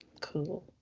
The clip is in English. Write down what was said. Cool